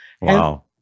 Wow